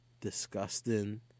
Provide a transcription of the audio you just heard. disgusting